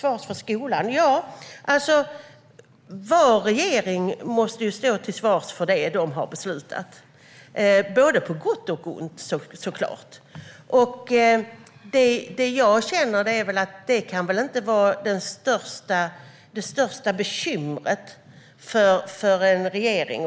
Varje regering måste stå till svars för det man har beslutat, både på gott och på ont. Jag känner att det inte kan vara det största bekymret för en regering.